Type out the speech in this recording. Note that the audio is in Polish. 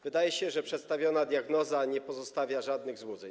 Wydaje się, że przedstawiona diagnoza nie pozostawia żadnych złudzeń.